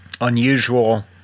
unusual